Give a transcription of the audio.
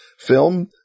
film